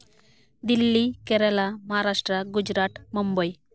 Delhi Kerala Maharashtra Gujarat Mumbai